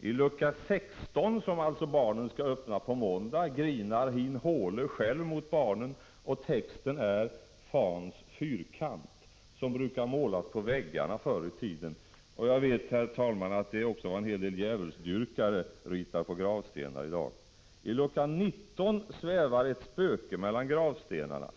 I lucka 16, som barnen alltså skall öppna på måndag, grinar hin håle själv mot barnen, och texten är ”fans fyrkant”, som brukade målas på väggarna förr i tiden. Jag vet, herr talman, att det också är vad en hel del djävulsdyrkare ritar på gravstenar i dag. I lucka 19 svävar ett spöke mellan gravstenarna.